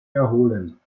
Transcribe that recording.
erholen